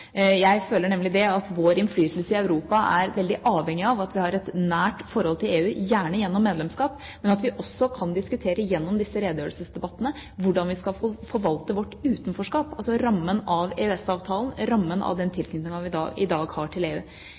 Jeg føler nemlig at vår innflytelse i Europa er veldig avhengig av at vi har et nært forhold til EU, gjerne gjennom medlemskap, men at vi også kan diskutere gjennom disse redegjørelsesdebattene hvordan vi skal forvalte vårt utenforskap, altså rammen av EØS-avtalen, rammen av den tilknytningen vi i dag har til EU.